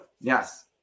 Yes